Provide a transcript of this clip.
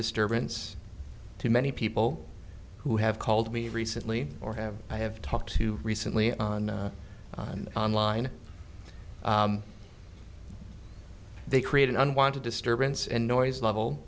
disturbance to many people who have called me recently or have i have talked to recently on and on line they create an unwanted disturbance and noise level